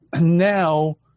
now